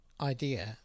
idea